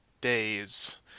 days